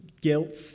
guilt